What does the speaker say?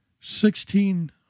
Sixteen